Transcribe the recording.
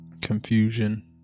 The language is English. Confusion